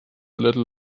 little